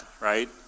right